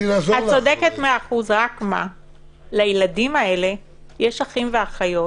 רק לילדים האלה יש אחים ואחיות